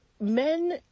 men